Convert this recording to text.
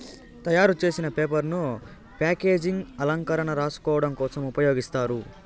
తయారు చేసిన పేపర్ ను ప్యాకేజింగ్, అలంకరణ, రాసుకోడం కోసం ఉపయోగిస్తారు